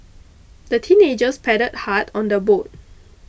the teenagers paddled hard on their boat